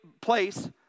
place